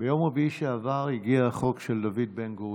ביום רביעי שעבר הגיע החוק של דוד בן-גוריון,